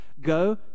Go